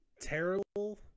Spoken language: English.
terrible